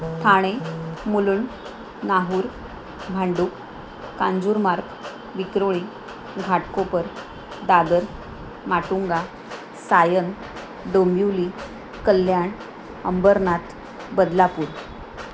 Thane Mulund Nahur Bhandup Kanjurmarg Vikhroli Ghatkopar Dadar Matunga Sion Dombivli Kalyan Ambernath Badlapur